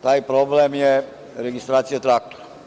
Taj problem je registracija traktora.